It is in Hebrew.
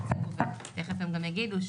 תיכף הם גם יגידו,